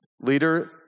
leader